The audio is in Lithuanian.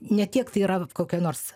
ne tiek tai yra kokio nors